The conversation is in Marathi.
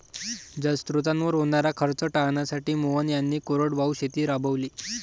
जलस्रोतांवर होणारा खर्च टाळण्यासाठी मोहन यांनी कोरडवाहू शेती राबवली